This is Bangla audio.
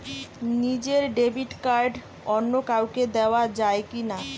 নিজের ডেবিট কার্ড অন্য কাউকে দেওয়া যায় কি না?